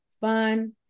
fun